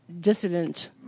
dissident